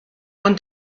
und